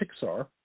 Pixar